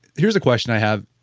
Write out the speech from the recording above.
here is a question i have.